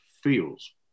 feels